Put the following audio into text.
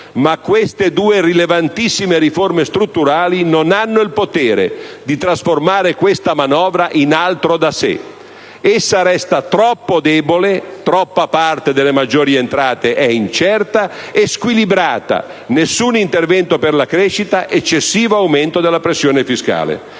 Ma queste due rilevantissime riforme strutturali non hanno il potere di trasformare questa manovra in altro da sé. Essa resta troppo debole (troppa parte delle maggiori entrate è incerta) e squilibrata (nessun intervento per la crescita, eccessivo aumento della pressione fiscale).